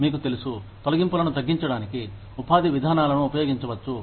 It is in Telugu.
మీకు తెలుసు తొలగింపులను తగ్గించడానికి ఉపాధి విధానాలను ఉపయోగించవచ్చు